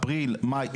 אפריל מאי,